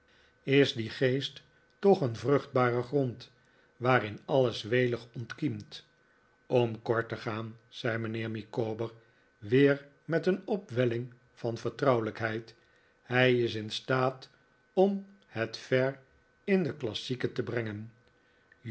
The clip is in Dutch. is die geest toch een vruchtbare grond waarin alles welig ontkiemt om kort te gaan zei mijnheer micawber weer met een opwelling van vertrouwelijkheid hij is in staat om het ver in de klassieken te brengen